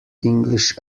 english